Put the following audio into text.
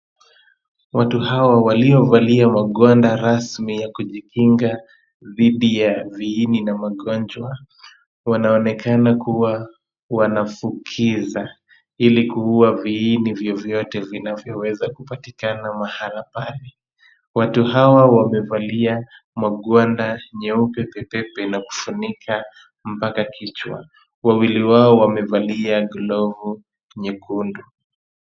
Watu hawa, waliovalia magwanda rasmi ya kujikinga dhidi ya viini na magonjwa, wanaonekana kuwa wanafukiza ili kuua viini vyovyote vinavyoweza kupatikana mahala pale. Watu hawa wamevalia magwanda nyeupe pepepe na kufunika mpaka kichwa. Wawili wao wamevalia glovu nyekundu.